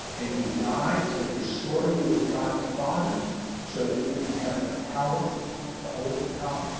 and he died to restore you with god the father so that you can have the power to overcome.